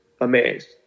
amazed